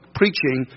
preaching